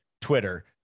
Twitter